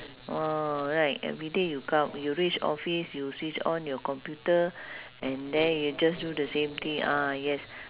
uh right everyday you come you reach office you switch on your computer and then you just do the same thing ah yes